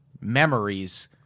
memories